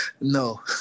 no